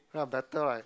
ya better right